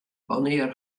wannear